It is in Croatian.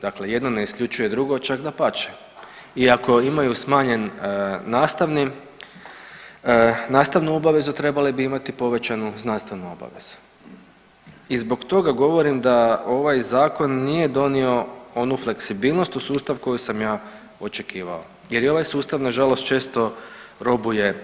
Dakle jedno ne isključuje drugo, čak dapače, i ako imaju smanjen nastavnu obaveza, trebale bi imati povećanu znanstvenu obavezu i zbog toga govorim da ovaj Zakon nije donio onu fleksibilnost u sustav koju sam ja očekivao jer je ovaj sustav nažalost često robuje